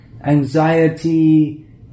anxiety